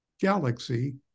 galaxy